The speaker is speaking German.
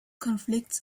konflikts